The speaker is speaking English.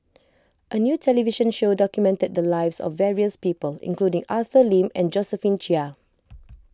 a new television show documented the lives of various people including Arthur Lim and Josephine Chia